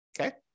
Okay